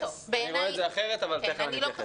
אני רואה את זה אחרת אבל תיכף אני אתייחס.